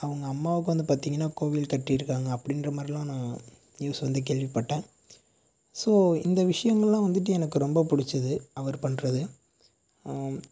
அவங்க அம்மாவுக்கு வந்து பார்த்திங்கன்னா கோவில் கட்டிருக்காங்க அப்டின்ரமாதிரில்லா நான் நியூஸ் வந்து கேள்விப்பட்டேன் இந்த விஷயம்லா வந்துட்டு எனக்கு ரொம்ப பிடிச்சுது அவர் பண்ணுறது